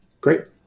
Great